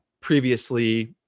previously